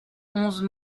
onze